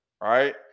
right